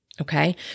Okay